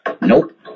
Nope